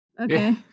Okay